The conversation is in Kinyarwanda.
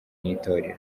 n’itorero